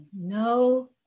no